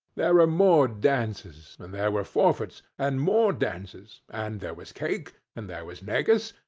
there were more dances, and there were forfeits, and more dances, and there was cake, and there was negus,